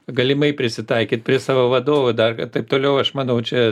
galimai prisitaikyt prie savo vadovo dar taip toliau aš manau čia